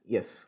Yes